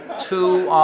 two